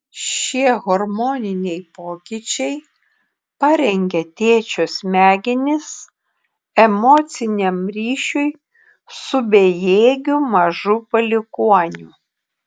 šie hormoniniai pokyčiai parengia tėčio smegenis emociniam ryšiui su bejėgiu mažu palikuoniu